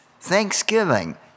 Thanksgiving